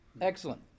Excellent